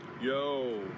Yo